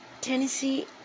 Tennessee